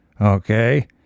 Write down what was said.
Okay